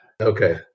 Okay